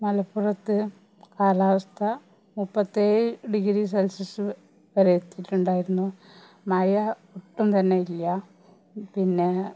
മലപ്പുറത്ത് കാലാവസ്ഥ മുപ്പത്തി ഏഴ് ഡിഗ്രി സെൽഷ്യസ് വരെ എത്തിയിട്ടുണ്ടായിരുന്നു മഴ ഒട്ടും തന്നെ ഇല്ല പിന്നേ